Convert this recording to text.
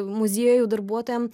muziejų darbuotojam